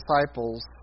disciples